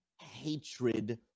hatred